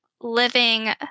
living